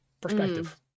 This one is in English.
Perspective